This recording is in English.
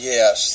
Yes